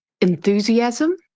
enthusiasm